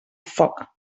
foc